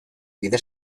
bide